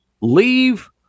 Leave